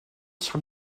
tire